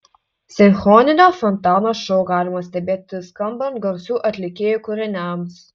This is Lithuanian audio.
sinchroninio fontano šou galima stebėti skambant garsių atlikėjų kūriniams